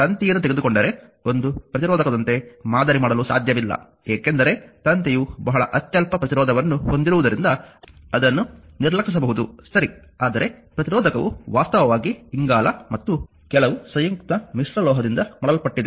ತಂತಿಯನ್ನು ತೆಗೆದುಕೊಂಡರೆ ಒಂದು ಪ್ರತಿರೋಧಕದಂತೆ ಮಾದರಿ ಮಾಡಲು ಸಾಧ್ಯವಿಲ್ಲ ಏಕೆಂದರೆ ತಂತಿಯು ಬಹಳ ಅತ್ಯಲ್ಪ ಪ್ರತಿರೋಧವನ್ನು ಹೊಂದಿರುವುದರಿಂದ ಅದನ್ನು ನಿರ್ಲಕ್ಷಿಸಬಹುದು ಸರಿ ಆದರೆ ಪ್ರತಿರೋಧಕವು ವಾಸ್ತವವಾಗಿ ಇಂಗಾಲ ಮತ್ತು ಕೆಲವು ಸಂಯುಕ್ತ ಮಿಶ್ರಲೋಹದಿಂದ ಮಾಡಲ್ಪಟ್ಟಿದೆ